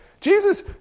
jesus